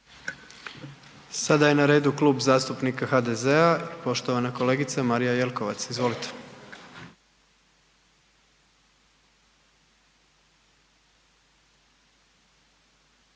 Sada je na redu Klub zastupnika HDZ-a i poštovana kolegica Marija Jelkovac. Izvolite.